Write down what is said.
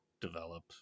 develop